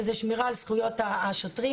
שהיא שמירה על זכויות השוטרים,